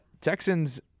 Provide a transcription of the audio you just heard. Texans